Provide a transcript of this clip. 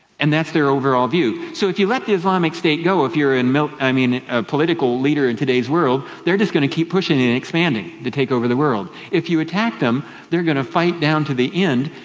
and that's their overall view. so if you let the islamic state go if you're a and i mean political leader in today's world they are just going to keep pushing and expanding to take over the world. if you attack them they're going to fight down to the end,